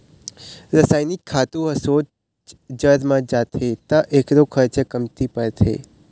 रसइनिक खातू ह सोझ जर म जाथे त एखरो खरचा कमती परथे